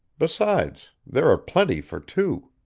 besides there are plenty for two.